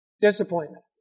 Disappointment